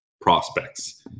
prospects